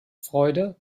freude